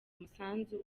umusanzu